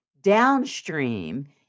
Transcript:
downstream